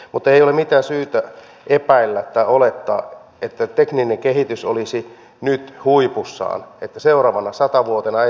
mutta ei ole mitään syytä epäillä tai olettaa että tekninen kehitys olisi nyt huipussaan että seuraavaan sataan vuoteen ei tapahtuisi mitään